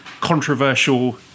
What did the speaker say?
controversial